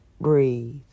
breathe